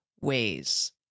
ways